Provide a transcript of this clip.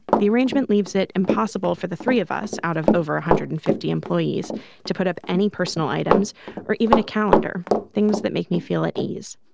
the arrangement leaves it impossible for the three of us out of over one hundred and fifty employees to put up any personal items or even a calendar things that make me feel at ease.